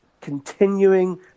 continuing